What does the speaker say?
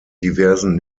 diversen